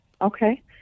okay